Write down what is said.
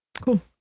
cool